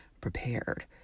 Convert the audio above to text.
prepared